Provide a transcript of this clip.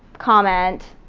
comment.